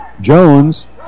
Jones